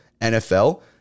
NFL